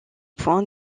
points